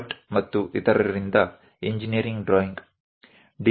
ಭಟ್ ಮತ್ತು ಇತರರಿಂದ engineering drawing D